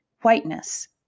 whiteness